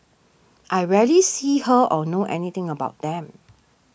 I rarely see her or know anything about them